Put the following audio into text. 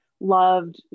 loved